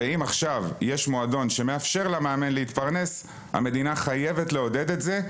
ואם עכשיו יש מועדון שמאפשר למאמן להתפרנס המדינה חייבת לעודד את זה,